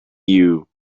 you